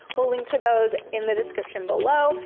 we'll link to those in the description below.